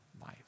life